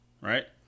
right